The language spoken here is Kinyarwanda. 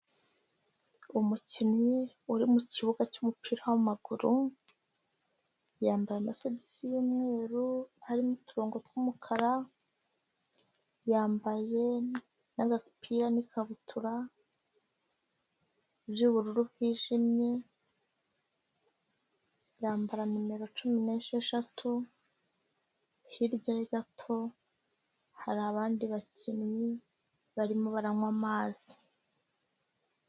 Umukinnyi uri mu kibuga cy'umupira w'amaguru, yambaye amasogisi y'umweru arimo uturongo tw'umukara, yambaye n'agapira n'ikabutura by'ubururu bwijimye, yambara nimero cumi n'esheshatu, hirya gato hari abandi bakinnyi barimo baranywa amazi.